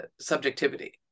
subjectivity